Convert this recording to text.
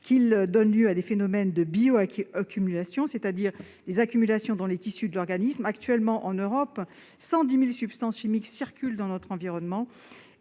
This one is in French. ils donnent lieu à des phénomènes de bioaccumulation, c'est-à-dire des accumulations dans les tissus de l'organisme. Actuellement, en Europe, 110 000 substances chimiques circulent dans notre environnement.